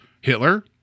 Hitler